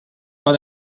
but